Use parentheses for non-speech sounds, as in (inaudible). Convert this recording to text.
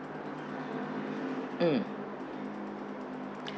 mm (breath)